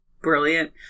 brilliant